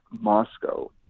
Moscow